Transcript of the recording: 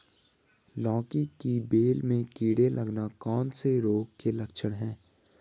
लौकी की बेल में कीड़े लगना कौन से रोग के लक्षण हैं?